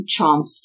Chomsky